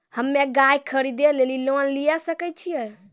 हम्मे गाय खरीदे लेली लोन लिये सकय छियै?